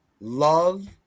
love